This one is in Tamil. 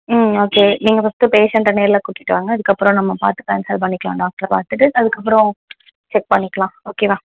ம் ஓகே நீங்கள் ஃபஸ்ட்டு பேஷண்டை நேரில் கூட்டிட்டு வாங்க அதுக்கப்புறம் நம்ம பார்த்து கன்சல் பண்ணிக்கலாம் டாக்டரை பார்த்துட்டு அதுக்கப்புறம் செக் பண்ணிக்கலாம் ஓகேவா